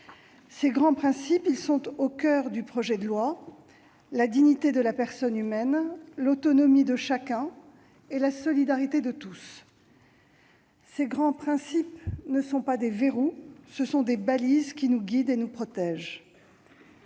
Ces grands principes, ils sont au coeur du projet de loi : la dignité de la personne humaine, l'autonomie de chacun et la solidarité de tous. Ces grands principes ne sont pas des verrous, ce sont des balises qui nous guident et nous protègent.